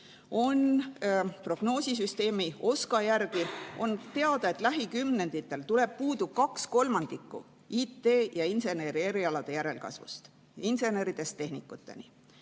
prognoosisüsteemi OSKA järgi on teada, et lähikümnenditel jääb puudu kaks kolmandikku IT‑ ja insenerierialade järelkasvust, inseneridest tehnikuteni.